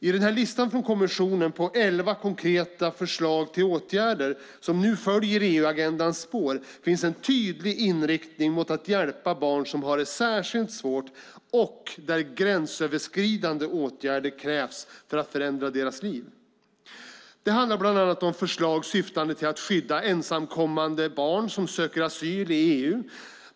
I listan från kommissionen med de elva konkreta förslag till åtgärder som nu följer i EU-agendans spår finns en tydlig inriktning på att hjälpa barn som har det särskilt svårt och där gränsöverskridande åtgärder krävs för att förändra deras liv. Det handlar bland annat om förslag syftande till att skydda ensamkommande barn som söker asyl i EU.